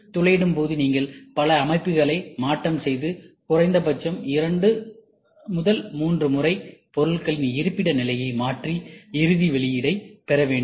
துளையிடும் போது நீங்கள் பல அமைப்புகளை மாற்றம் செய்து குறைந்தபட்சம் 2 3 முறை பொருளின் இருப்பிட நிலையை மாற்றி இறுதி வெளியீட்டைப் பெற வேண்டும்